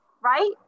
right